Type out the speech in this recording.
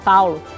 Paulo